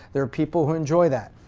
there are people who enjoy that.